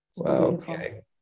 okay